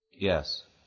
Yes